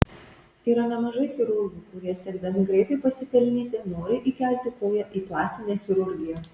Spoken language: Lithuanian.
yra nemažai chirurgų kurie siekdami greitai pasipelnyti nori įkelti koją į plastinę chirurgiją